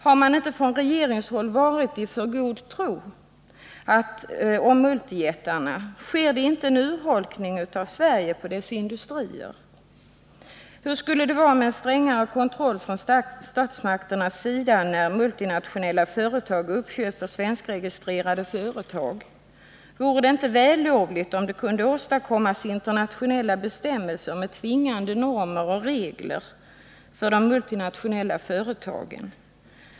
Har man inte på regeringshåll varit i för god tro beträffande multijättarna? Sker det inte en urholkning av den svenska industrin? Hur skulle det vara med en strängare kontroll från statsmakternas sida när multinationella företag köper upp svenskregistrerade företag? Vore det inte vällovligt om det kunde åstadkommas internationella bestämmelser med tvingande normer och regler för de multinationella företagen?